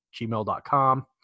gmail.com